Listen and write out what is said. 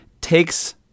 takes